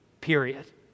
period